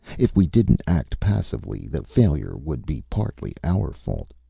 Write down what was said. if we didn't act passively, the failure would be partly our fault.